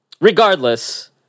Regardless